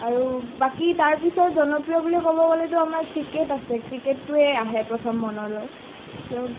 আৰু বাকী তাৰ পিছত জনপ্ৰিয় বুলি ক'ব গ'লেতো আমাৰ ক্ৰীকেট আছে ক্ৰীকেটটোৱেই আহে প্ৰথম মনলৈ